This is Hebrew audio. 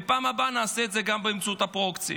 ובפעם הבאה נעשה את זה גם באמצעות הפרוקסי.